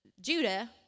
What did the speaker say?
Judah